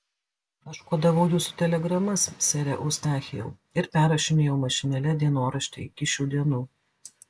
aš kodavau jūsų telegramas sere eustachijau ir perrašinėjau mašinėle dienoraštį iki šių dienų